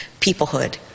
peoplehood